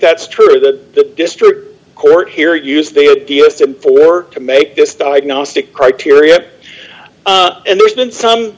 that's true that the district court here used to make this diagnostic criteria and there's been some